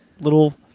little